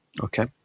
Okay